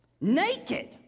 Naked